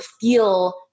feel